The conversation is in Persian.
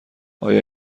آیا